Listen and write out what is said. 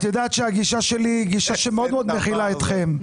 את יודעת שהגישה שלי היא גישה שמאוד מאוד מכילה אתכם,